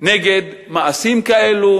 נגד מעשים כאלה,